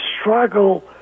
struggle